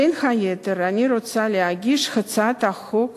בין היתר אני רוצה להגיש הצעת חוק